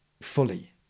fully